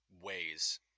ways